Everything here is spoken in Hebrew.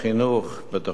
בתוכנית הלימודים,